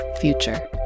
future